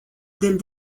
del